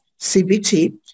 CBT